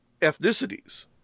ethnicities